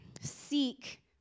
Seek